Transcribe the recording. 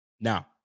Now